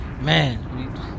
man